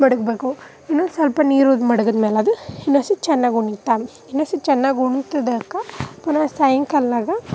ಮಡಗಬೇಕು ಇನ್ನೂ ಸ್ವಲ್ಪ ನೀರೂದು ಮಡಗಿದ್ಮೇಲೆ ಅದು ಇನ್ನು ಒಸಿ ಚೆನ್ನಾಗಿ ಉನಿತ ಇನ್ನು ಒಸಿ ಚೆನ್ನಾಗಿ ಉಣ್ತದಾಕ ಪುನಃ ಸೈಂಕಲ್ನಾಗ